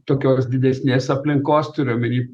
tokios didesnės aplinkos turiu omeny